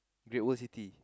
Great-World-City